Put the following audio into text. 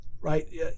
right